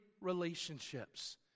relationships